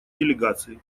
делегации